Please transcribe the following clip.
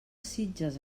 sitges